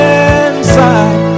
inside